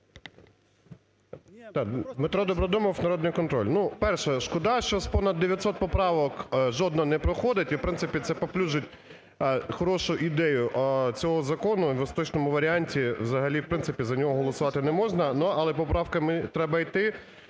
Дмитро Добродомов, "Народний контроль". Перше, шкода, що з понад 900 поправок жодна не приходить і в принципі це паплюжить хорошу ідею цього закону, і в остаточному варіанті взагалі, в принципі, за нього голосувати не можна, але поправками треба йти,